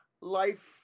life